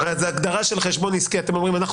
בהגדרה של חשבון עסקי אתם אומרים: אנחנו